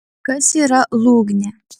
kas yra lūgnė